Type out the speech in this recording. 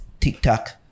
TikTok